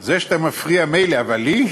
זה שאתה מפריע מילא, אבל לי?